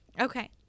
Okay